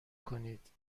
کنید